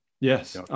Yes